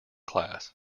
class